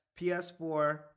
PS4